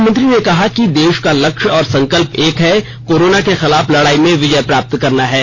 प्रधानमंत्री ने कहा कि देश का लक्ष्य और संकल्प एक है कोरोना के खिलाफ लड़ाई में विजय प्राप्त करना